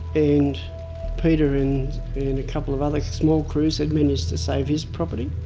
and peter and a couple of other small crews had managed to save his property.